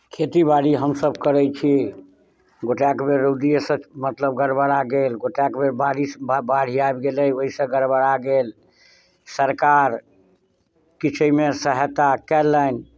खेतीबाड़ी हमसभ करैत छी गोटएक बेर रौदिएसँ मतलब गड़बड़ा गेल गोटएक बेर बारिश बाढ़ि आबि गेलै ओहिसँ गड़बड़ा गेल सरकार किछु एहिमे सहायता कयलनि